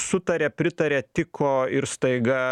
sutaria pritaria tiko ir staiga